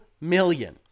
million